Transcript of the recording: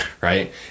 right